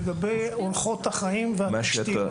לגבי אורחות החיים והתשתיות,